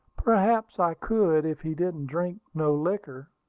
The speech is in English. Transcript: perhaps i could, if he didn't drink no liquor.